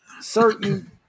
certain